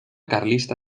carlista